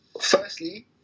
firstly